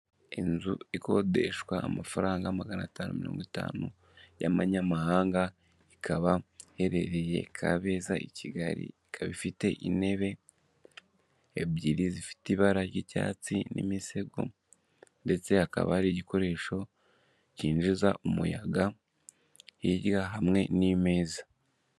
Inzu ikodeshwa amafaranga magana atanu mirongo itanu y'amanyamahanga, ikaba iherereye Kabeza i Kigali. Ikaba ifite intebe ebyiri zifite ibara ry'icyatsi n'imisego ndetse hakaba hari igikoresho cyinjiza umuyaga hirya hamwe n'imeza.